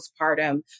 postpartum